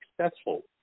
successful